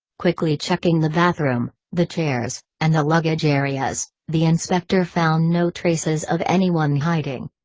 quickly checking the bathroom, the chairs, and the luggage areas, the inspector found no traces of anyone hiding.